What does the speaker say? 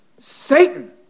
Satan